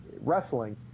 wrestling